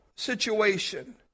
situation